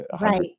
right